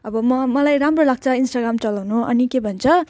अब म मलाई राम्रो लाग्छ इन्स्टाग्राम चलाउनु अनि के भन्छ